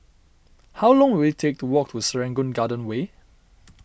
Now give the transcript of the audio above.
how long will it take to walk to Serangoon Garden Way